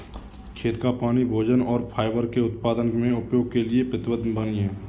खेत का पानी भोजन और फाइबर के उत्पादन में उपयोग के लिए प्रतिबद्ध पानी है